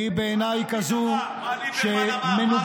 היא בעיניי כזו, מה העניין?